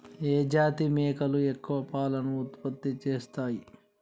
ఏ జాతి మేకలు ఎక్కువ పాలను ఉత్పత్తి చేస్తయ్?